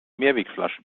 mehrwegflasche